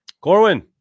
Corwin